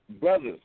Brothers